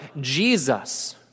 Jesus